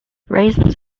raisins